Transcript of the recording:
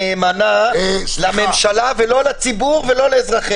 נאמנה לממשלה ולא לציבור ולא לאזרחיה.